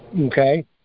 Okay